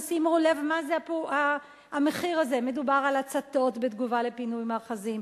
שימו לב מה זה המחיר הזה: מדובר על הצתות בתגובה לפינוי מאחזים,